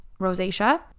rosacea